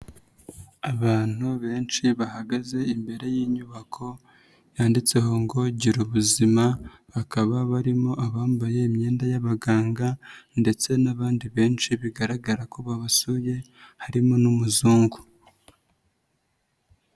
Abantu benshi bahagaze imbere y'inyubako, yanditseho ngo Girubuzima, hakaba barimo abambaye imyenda y'abaganga ndetse n'abandi benshi bigaragara ko babasuye, harimo n'umuzungu.